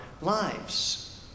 lives